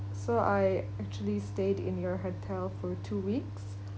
so I actually stayed in your hotel for two weeks